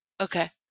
Okay